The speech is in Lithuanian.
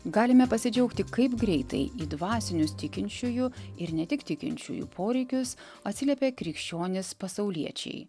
galime pasidžiaugti kaip greitai į dvasinius tikinčiųjų ir ne tik tikinčiųjų poreikius atsiliepė krikščionys pasauliečiai